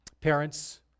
Parents